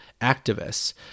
activists